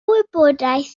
wybodaeth